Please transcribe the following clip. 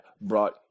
brought